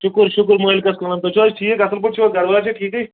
شُکُر شُکُر مٲلِکَس کُن حظ تُہۍ چھِو حظ ٹھیٖک اَصٕل پٲٹھۍ چھُو حظ گَرٕ بار چھےٚ ٹھیٖکٕے